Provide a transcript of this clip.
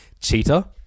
Cheetah